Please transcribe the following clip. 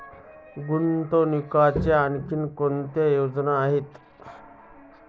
गुंतवणुकीच्या आणखी कोणत्या योजना आहेत?